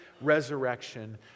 resurrection